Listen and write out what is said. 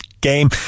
game